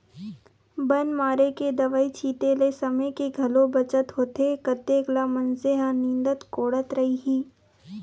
बन मारे के दवई छिते ले समे के घलोक बचत होथे कतेक ल मनसे ह निंदत कोड़त रइही